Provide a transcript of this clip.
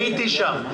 הייתי שם,